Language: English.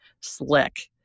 slick